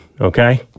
okay